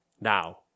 Now